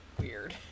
weird